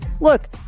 Look